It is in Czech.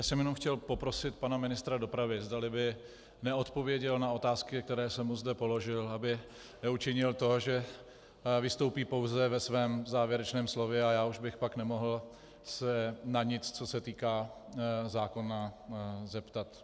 Já jsem jenom chtěl poprosit pana ministra dopravy, zdali by neodpověděl na otázky, které jsem mu zde položil, aby neučinil to, vystoupí pouze ve svém závěrečném slově a já už bych pak nemohl se na nic, co se týká zákona, zeptat.